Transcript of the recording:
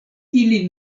ili